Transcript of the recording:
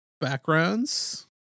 backgrounds